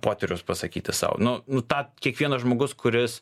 poterius pasakyti sau nu nu tą kiekvienas žmogus kuris